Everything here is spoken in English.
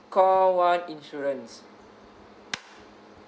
call one insurance